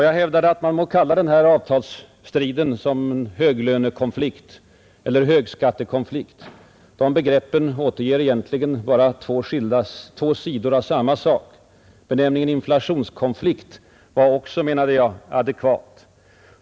Jag hävdade att man må kalla den här avtalsstriden ”höglönekonflikt” eller ”högskattekonflikt” — de begreppen återger egentligen bara två sidor av samma sak. Benämningen ”inflationskonflikt” var också, menade jag, adekvat.